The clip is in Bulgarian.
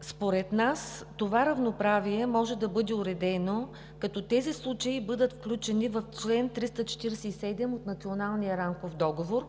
Според нас това равноправие може да бъде уредено, като тези случаи бъдат включени в чл. 347 от Националния рамков договор,